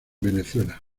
venezuela